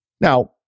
Now